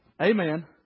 Amen